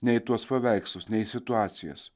ne į tuos paveikslus ne į situacijas